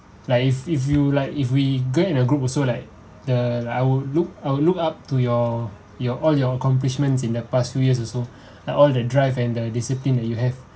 like if if you like if we going in a group also like the I will look I will look up to your your all your accomplishments in the past few years also like all the drive and the discipline that you have